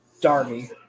Darby